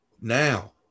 Now